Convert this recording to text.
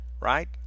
right